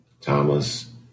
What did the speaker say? Thomas